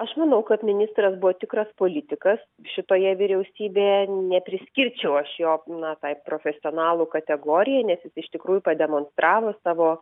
aš manau kad ministras buvo tikras politikas šitoje vyriausybėje nepriskirčiau aš jo na tai profesionalų kategorijai nes jis iš tikrųjų pademonstravo savo